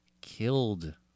killed